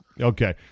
Okay